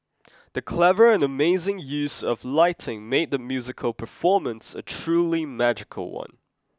the clever and amazing use of lighting made the musical performance a truly magical one